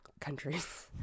countries